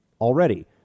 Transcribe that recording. already